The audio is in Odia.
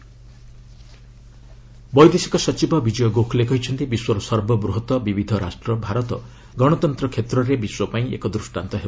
ଏଫ୍ଏସ୍ରାଇସିନା ବୈଦେଶିକ ସଚିବ ବିଜୟ ଗୋଖଲେ କହିଛନ୍ତି ବିଶ୍ୱର ସର୍ବବୃହତ୍ତ ବିବିଧ ରାଷ୍ଟ୍ର ଭାରତ ଗଣତନ୍ତ୍ର କ୍ଷେତ୍ରରେ ବିଶ୍ୱ ପାଇଁ ଏକ ଦୃଷ୍ଟାନ୍ତ ହେବ